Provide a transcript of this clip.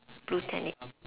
blue